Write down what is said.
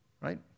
Right